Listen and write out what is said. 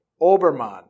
obermann